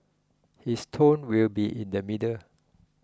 his tone will be in the middle